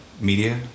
media